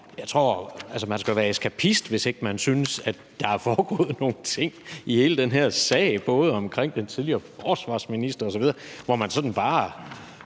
mærkeligt. Man skal jo være eskapist, hvis ikke man synes, der er foregået nogle ting i hele den her sag i forhold til den tidligere forsvarsminister osv., hvor man sådan bare